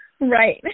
Right